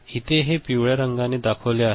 इथे हे पिवळ्या रंगाने दाखवले आहे